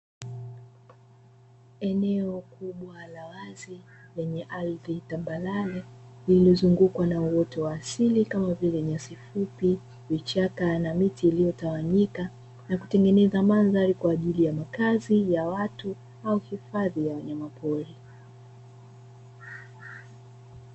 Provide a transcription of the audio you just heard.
Eneo kubwa la wazi lenye ardhi tambarare lililozungukwa na uoto wa asili kama vile nyasi fupi, vichaka na miti iliyotawanyika na kutengeneza mandhari kwa ajili ya makazi ya watu au hifadhi ya wanyamapori.